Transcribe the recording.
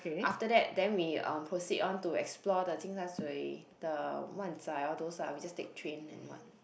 after that then we um proceed on to explore the Tsim Sha Sui the Wan Chai all those ah we just take train and what